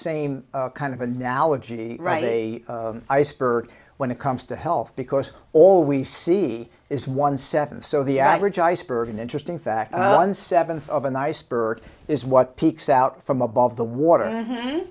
same kind of analogy right a iceberg when it comes to health because all we see is one seven so the average iceberg an interesting fact and seven of an iceberg is what peaks out from above the water